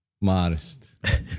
modest